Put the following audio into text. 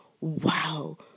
wow